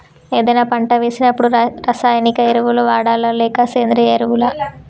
ఏదైనా పంట వేసినప్పుడు రసాయనిక ఎరువులు వాడాలా? లేక సేంద్రీయ ఎరవులా?